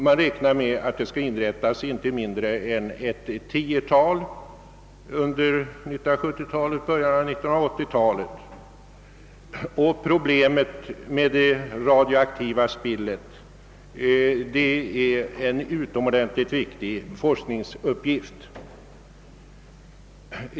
Man räknar med att det skall byggas inte mindre än ett tiotal atomkraftverk under 1970-talet och början av 1980-talet. Problemet med det radioaktiva spillet är därför en utomordentligt viktig forskningsuppgift.